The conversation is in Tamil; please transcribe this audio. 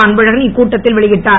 அன்பழகன் இக்கூட்டத்தில் வெளியிட்டார்